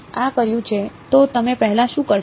તો તમે પહેલા શું કરશો